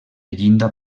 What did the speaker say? llinda